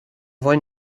wollen